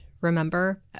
Remember